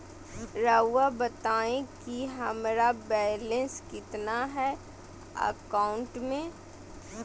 रहुआ बताएं कि हमारा बैलेंस कितना है अकाउंट में?